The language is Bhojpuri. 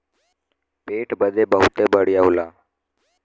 पेट बदे बहुते बढ़िया होला